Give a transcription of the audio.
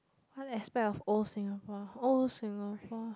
can't expect of old Singapore old Singapore